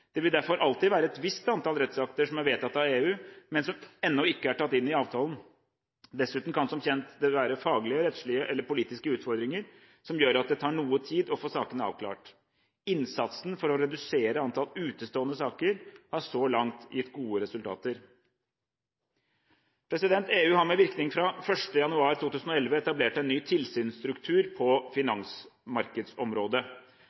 Det vil derfor alltid være et visst antall rettsakter som er vedtatt i EU, men som ennå ikke er tatt inn i avtalen. Dessuten kan som kjent det være faglige, rettslige eller politiske utfordringer som gjør at det tar noe tid å få sakene avklart. Innsatsen for å redusere antall utestående saker har så langt gitt gode resultater. EU har med virkning fra 1. januar 2011 etablert en ny tilsynsstruktur på